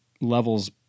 levels